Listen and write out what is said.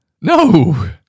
no